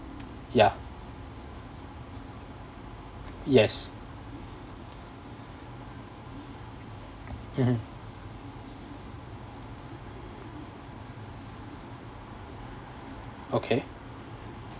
ya yes mmhmm okay